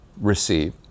receive